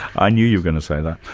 i knew you were going to say that!